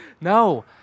No